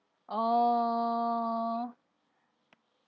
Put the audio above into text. oh